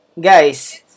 Guys